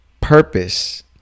purpose